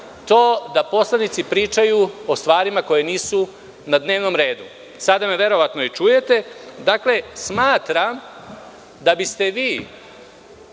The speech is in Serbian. to da poslanici pričaju o stvarima koja nisu na dnevnom redu. Sada me verovatno i čujete. Dakle, smatram da biste vi